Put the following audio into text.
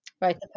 Right